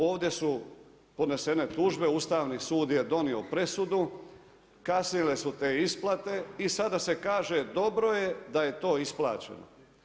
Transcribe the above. Ovdje su podnesene tužbe, Ustavni sud je donio presudu, kasnile su te isplate, i sada se kaže dobro je da je to isplaćeno.